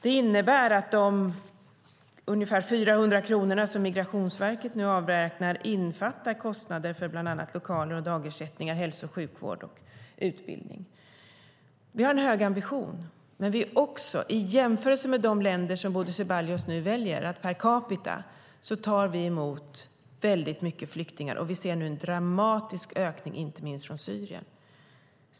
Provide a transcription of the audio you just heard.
Det innebär att de ungefär 400 miljoner kronorna som avräknas för Migrationsverket innefattar kostnader för bland annat lokaler, dagersättningar, hälso och sjukvård samt utbildning. Vi har en hög ambition. Men i jämförelse med de länder som Bodil Ceballos nu väljer att ta upp tar vi per capita emot många flyktingar. Vi ser nu också en dramatisk ökning, inte minst från Syrien.